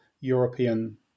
European